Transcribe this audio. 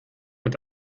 mit